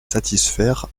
satisfaire